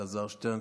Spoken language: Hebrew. אלעזר שטרן,